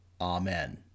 Amen